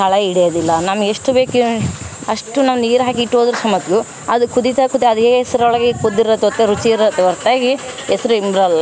ತಳ ಹಿಡಿಯೋದಿಲ್ಲ ನಮ್ಮ ಎಷ್ಟು ಬೇಕೊ ಅಷ್ಟು ನಾವು ನೀರು ಹಾಕಿ ಇಟ್ಟು ಹೋದರು ಸಹ ಮೊದಲು ಅದು ಕುದಿತ ಕುದ್ದು ಅದೇ ಎಸ್ರೊಳಗೆ ಕುದ್ದಿರೋದು ತೋತೆ ರುಚಿ ಇರುತ್ತೆ ಹೊರತಾಗಿ ಹೆಸ್ರು ಇಂಬ್ರಲ್ಲ